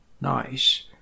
nice